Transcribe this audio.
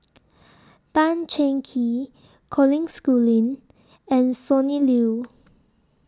Tan Cheng Kee Colin Schooling and Sonny Liew